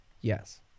yes